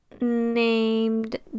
named